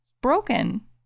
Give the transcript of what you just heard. broken